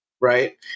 Right